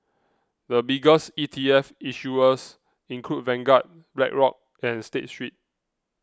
the biggest E T F issuers include Vanguard Blackrock and State Street